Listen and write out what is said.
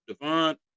Devon